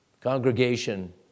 Congregation